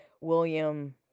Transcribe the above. William